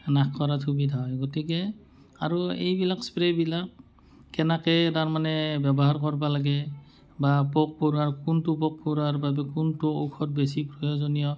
নাশ কৰাত সুবিধা হয় গতিকে আৰু এইবিলাক স্প্ৰে'বিলাক কেনেকৈ তাৰ মানে ব্যৱহাৰ কৰিব লাগে বা পোক পৰুৱাৰ কোনটো পোক পৰুৱাৰ বাবে কোনটো ঔষধ বেছি প্ৰয়োজনীয়